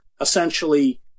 essentially